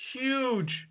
huge